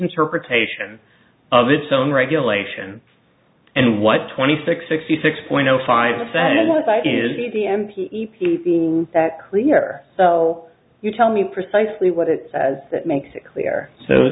interpretation of its own regulation and what twenty six sixty six point zero five is easy and clear so you tell me precisely what it says that makes it clear so